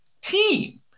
team